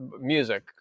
music